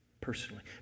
personally